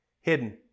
hidden